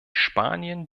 spanien